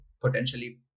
potentially